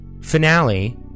finale